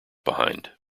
behind